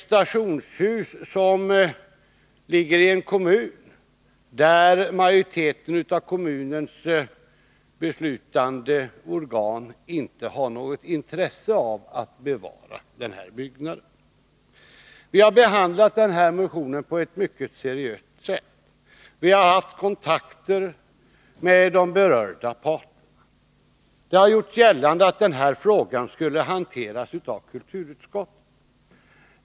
Stationshuset ligger i en kommun där majoriteten av kommunens beslutande organ inte har något intresse av att bevara den här byggnaden. Vi har behandlat motionen på ett mycket seriöst sätt. Vi har haft kontakt med berörda parter. Det har gjorts gällande att denna fråga borde ha hanterats av kulturutskottet.